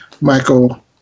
Michael